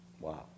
Wow